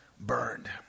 burned